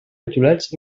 aturats